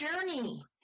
journey